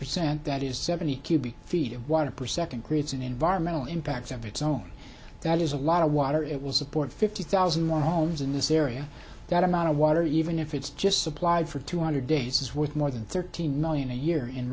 percent that is seventy cubic feet of water per second creates an environmental impact of its own that is a lot of water it will support fifty thousand more homes in this area that amount of water even if it's just supplied for two hundred days is worth more than thirteen million a year in